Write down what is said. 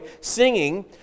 singing